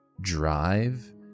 drive